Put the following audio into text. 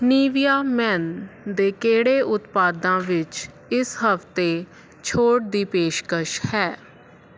Nivea men ਦੇ ਕਿਹੜੇ ਉਤਪਾਦਾਂ ਵਿੱਚ ਇਸ ਹਫ਼ਤੇ ਛੋਟ ਦੀ ਪੇਸ਼ਕਸ਼ ਹੈ